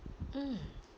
mm